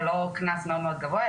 ולא קנס מאוד מאוד גבוה,